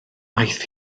aeth